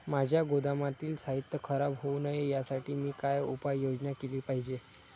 माझ्या गोदामातील साहित्य खराब होऊ नये यासाठी मी काय उपाय योजना केली पाहिजे?